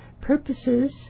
purposes